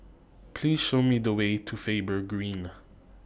Please Show Me The Way to Faber Green